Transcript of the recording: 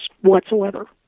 whatsoever